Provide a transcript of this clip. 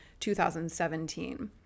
2017